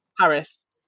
Paris